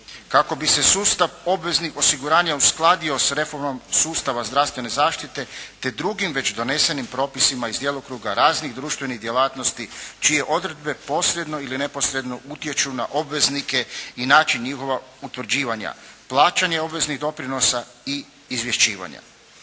kako bi se sustav obveznih osiguranja uskladio s reformom sustava zdravstvene zaštite te drugim već donesenim propisima iz djelokruga raznih društvenih djelatnosti čije odredbe posredno ili neposredno utječu na obveznike i način njihov utvrđivanja, plaćanje obveznih doprinosa i izvješćivanja.